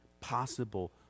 possible